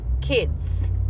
kids